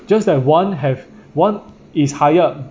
just that one have one is higher